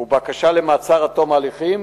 ובקשה למעצר עד תום ההליכים,